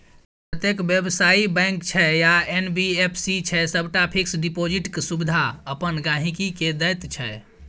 जतेक बेबसायी बैंक छै या एन.बी.एफ.सी छै सबटा फिक्स डिपोजिटक सुविधा अपन गांहिकी केँ दैत छै